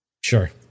Sure